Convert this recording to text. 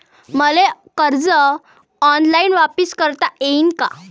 मले कर्ज ऑनलाईन वापिस करता येईन का?